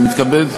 אני מתכבד,